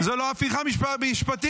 זו לא הפיכה משפטית?